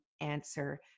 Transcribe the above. answer